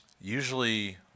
usually